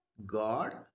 God